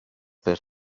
per